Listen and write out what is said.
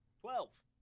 Twelve